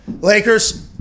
Lakers